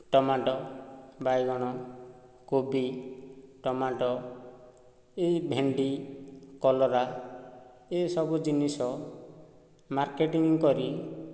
tomato ବାଇଗଣ କୋବି tomato ଏହି ଭେଣ୍ଡି କଲରା ଏସବୁ ଜିନିଷ ମାର୍କେଟିଙ୍ଗ କରି